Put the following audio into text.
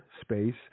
space